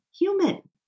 human